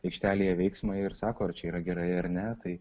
aikštelėje veiksmą ir sako ar čia yra gerai ar ne tai